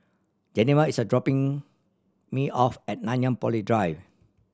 Geneva is a dropping me off at Nanyang Poly Drive